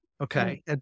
Okay